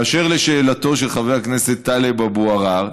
אשר לשאלתו של חבר הכנסת טלב אבו עראר,